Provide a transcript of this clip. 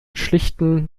schlichten